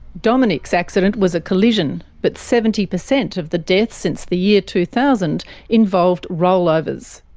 dominic's accident was a collision, but seventy percent of the deaths since the year two thousand involved rollovers.